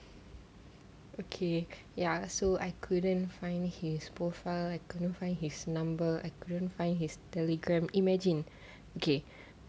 okay ya so I couldn't find his profile I couldn't find his number I couldn't find his telegram imagine okay